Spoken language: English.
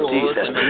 Jesus